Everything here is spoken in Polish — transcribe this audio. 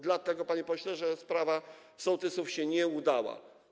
Dlatego, panie pośle, że sprawa sołtysów się nie udała.